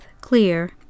clear